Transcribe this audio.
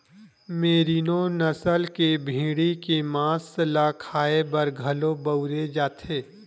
मेरिनों नसल के भेड़ी के मांस ल खाए बर घलो बउरे जाथे